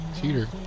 Cheater